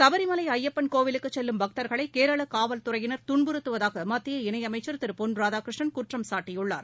சபரிமலை ஜயப்பன் கோவிலுக்குச் செல்லும் பக்தர்களை கேரள காவல் துறையினர் துன்புறுத்துவதாக மத்திய இணையமைச்சர் திரு பொன் ராதாகிருஷ்ணன் குற்றம் சாட்டியுள்ளார்